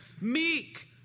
meek